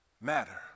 matter